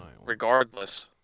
regardless